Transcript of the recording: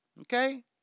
okay